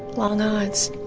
long odds